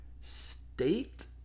State